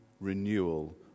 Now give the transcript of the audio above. renewal